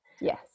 Yes